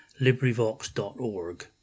LibriVox.org